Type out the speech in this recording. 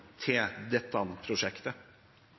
dette prosjektet.